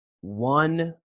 one